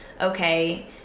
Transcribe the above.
okay